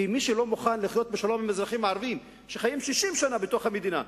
כי מי שלא מוכן לחיות בשלום עם אזרחים ערבים שחיים 60 שנה בתוך המדינה,